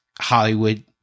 Hollywood